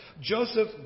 Joseph